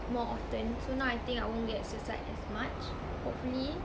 more often so now I think I won't get sesat as much hopefully